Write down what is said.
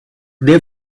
they